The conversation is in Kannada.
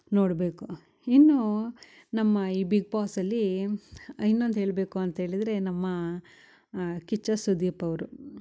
ನೋಡಬೇಕು ಇನ್ನು ನಮ್ಮ ಈ ಬಿಗ್ ಬಾಸಲ್ಲೀ ಇನ್ನೊಂದು ಹೇಳಬೇಕು ಅಂತೇಳಿದರೆ ನಮ್ಮ ಕಿಚ್ಚ ಸುದೀಪ್ ಅವರು